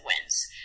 wins